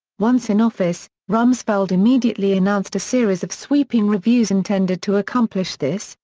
once in office, rumsfeld immediately announced a series of sweeping reviews intended to accomplish this,